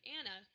Anna